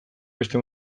beste